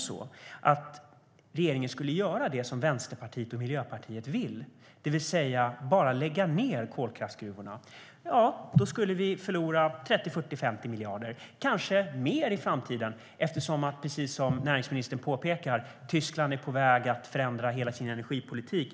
Om nu regeringen skulle göra det som Vänsterpartiet och Miljöpartiet vill, det vill säga bara lägga ned kolgruvorna, skulle vi förlora 30, 40 eller 50 miljarder eller kanske mer i framtiden, eftersom Tyskland, precis som näringsministern påpekar, är på väg att förändra hela sin energipolitik.